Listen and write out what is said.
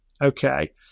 Okay